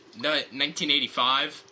1985